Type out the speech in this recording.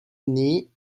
nih